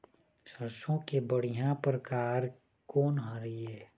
सरसों के बढ़िया परकार कोन हर ये?